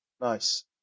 Nice